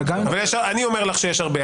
אבל גם אם זה בהיעדר הגנה -- אני אומר לך שיש הרבה,